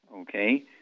okay